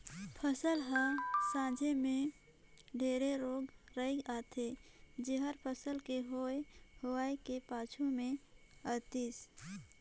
फसल हर संघे मे ढेरे रोग राई आथे जेहर फसल के होए हुवाए के पाछू मे आतिस